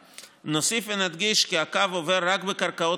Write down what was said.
נוסיף ונדגיש כי הקו עובר רק בקרקעות